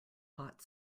hot